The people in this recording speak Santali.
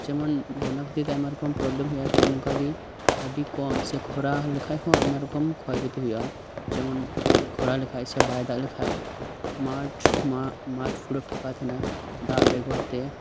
ᱡᱮᱢᱚᱱ ᱵᱚᱱᱱᱟ ᱠᱷᱟᱛᱤᱨ ᱛᱮ ᱟᱭᱢᱟ ᱨᱚᱠᱚᱢ ᱯᱨᱚᱵᱽᱞᱮᱢ ᱦᱳᱭᱳᱜᱼᱟ ᱴᱷᱤᱠ ᱚᱱᱠᱟ ᱜᱮ ᱟᱰᱤ ᱠᱚᱢ ᱥᱮ ᱠᱷᱚᱨᱟ ᱞᱮᱠᱷᱟᱱ ᱦᱚᱸ ᱟᱭᱢᱟ ᱨᱚᱠᱚᱢ ᱠᱷᱚᱭᱠᱷᱚᱛᱤ ᱦᱳᱭᱳᱜᱼᱟ ᱡᱮᱢᱚᱱ ᱠᱷᱚᱨᱟ ᱞᱮᱠᱷᱟᱡ ᱥᱮ ᱵᱟᱭ ᱫᱟᱜ ᱞᱮᱠᱷᱟᱱ ᱢᱟᱴᱷ ᱢᱟᱴᱷ ᱯᱩᱨᱟᱹ ᱯᱷᱟᱸᱠᱟ ᱛᱟᱦᱮᱱᱟ ᱫᱟᱜ ᱵᱮᱜᱚᱨ ᱛᱮ